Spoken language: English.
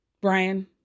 Brian